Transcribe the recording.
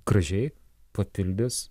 gražiai papildys